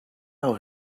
allow